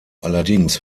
allerdings